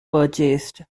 purchased